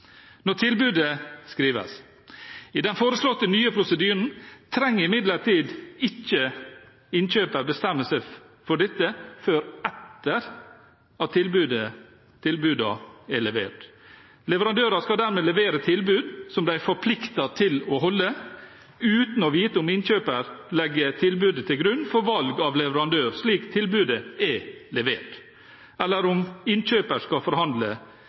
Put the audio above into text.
når tilbudet skrives. I den foreslåtte nye prosedyren trenger imidlertid ikke innkjøper bestemme seg for dette før etter at tilbudene er levert. Leverandører skal dermed levere tilbud som de er forpliktet til å holde, uten å vite om innkjøper legger tilbudet til grunn for valg av leverandør, slik tilbudet er levert, eller om innkjøper skal forhandle